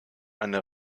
eine